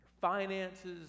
finances